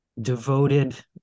devoted